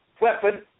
weapon